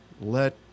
let